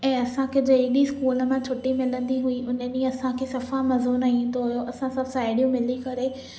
ऐं असांखे जंहिं ॾींहुं स्कूल मां छुटी मिलंदी हुई उन ॾींहुं असांखे सफ़ा मज़ो न ईंदो हुओ असां सभु साहेड़ियूं मिली करे